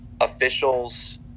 officials